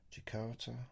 Jakarta